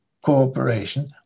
cooperation